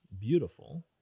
beautiful